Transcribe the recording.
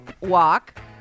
Walk